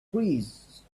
breeze